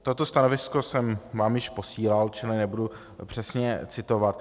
Toto stanovisko jsem vám již posílal, čili nebudu přesně citovat.